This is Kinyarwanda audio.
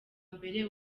mbere